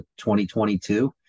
2022